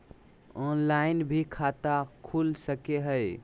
Online भी खाता खूल सके हय?